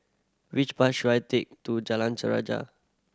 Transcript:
which bus should I take to Jalan